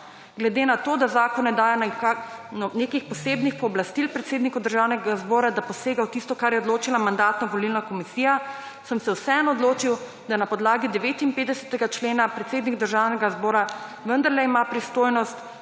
Glede na to, da zakon ne daje nekih posebnih pooblastil predsedniku Državnega zbora, da posega v tisto, kar je odločila Mandatno-volilna komisija, sem se vseeno odločil, da na podlagi 59. člena predsednik Državnega zbora vendarle ima pristojnost